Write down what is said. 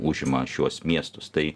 užima šiuos miestus tai